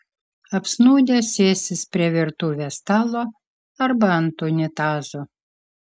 apsnūdę sėsis prie virtuvės stalo arba ant unitazo